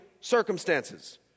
circumstances